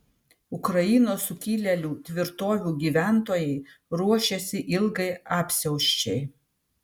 ukrainos sukilėlių tvirtovių gyventojai ruošiasi ilgai apsiausčiai